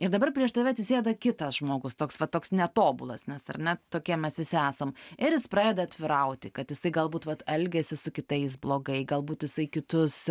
ir dabar prieš tave atsisėda kitas žmogus toks va toks netobulas nes ar ne tokie mes visi esam ir jis pradeda atvirauti kad jisai galbūt vat elgiasi su kitais blogai galbūt jisai kitus